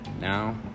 Now